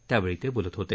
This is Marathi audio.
त्यावेळी ते बोलत होते